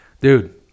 dude